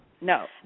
No